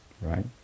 right